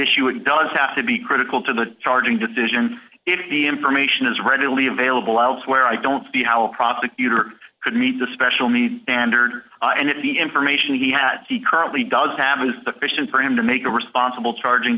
issue it does have to be critical to the charging decision if the information is readily available elsewhere i don't see how a prosecutor could meet the special needs standard and if the information he had see currently does happen is the question for him to make a responsible charging